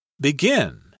begin